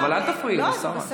אבל אל תפריעי לשרה.